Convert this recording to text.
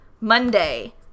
Monday